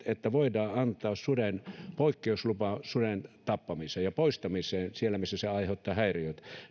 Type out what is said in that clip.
että voidaan antaa poikkeuslupa suden tappamiseen ja poistamiseen siellä missä se aiheuttaa häiriötä